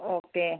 okay